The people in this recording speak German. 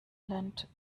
lendt